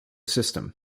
system